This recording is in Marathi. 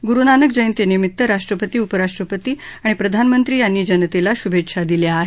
गुरुनानक जयंतीनिमित्त राष्ट्रपती उपराष्ट्रपती आणि प्रधानमंत्री यांनी जनतेला शुभेच्छा दिल्या आहेत